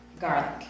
garlic